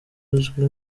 uzwi